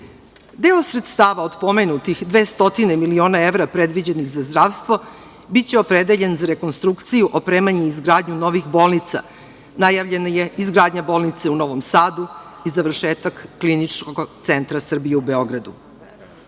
sredstava od pomenutih dve stotine miliona evra predviđenih za zdravstvo biće opredeljen za rekonstrukciju, opremanje i izgradnju novih bolnica. Najavljena je izgradnja bolnice u Novom Sadu i završetak Kliničkog centra Srbije u Beogradu.